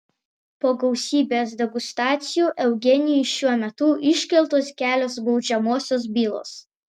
po gausybės degustacijų eugenijui šiuo metu iškeltos kelios baudžiamosios bylos